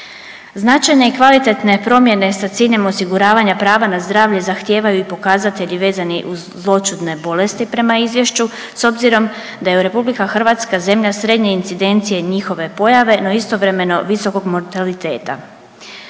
Značajne i kvalitetne promjene sa ciljem osiguravanja prava na zdravlje zahtijevaju i pokazatelji vezani uz zloćudne bolesti prema izvješću. S obzirom da je RH zemlja srednje incidencije i njihove pojave no istovremeno visokog mortaliteta.